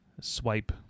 Swipe